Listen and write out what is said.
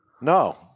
No